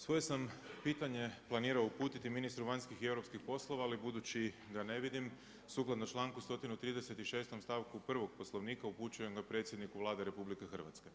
Svoje sam pitanje planirao uputiti ministru vanjskih i europskih poslova ali budući ga ne vidim, sukladno članku 136. stavku 1. Poslovnika upućujem ga predsjedniku Vlade RH.